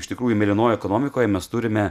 iš tikrųjų mėlynoje ekonomikoje mes turime